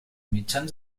mitjans